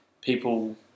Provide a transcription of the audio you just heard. people